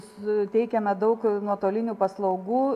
suteikiame daug nuotolinių paslaugų